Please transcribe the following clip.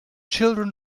children